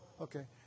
okay